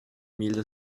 mille